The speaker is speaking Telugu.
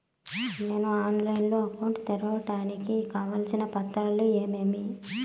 నేను ఆన్లైన్ లో అకౌంట్ తెరవడానికి కావాల్సిన పత్రాలు ఏమేమి?